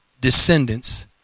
descendants